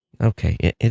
Okay